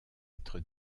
être